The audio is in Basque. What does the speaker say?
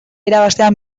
irabaztea